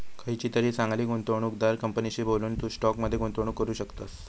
खयचीतरी चांगली गुंवणूकदार कंपनीशी बोलून, तू स्टॉक मध्ये गुंतवणूक करू शकतस